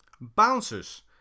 Bouncers